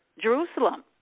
Jerusalem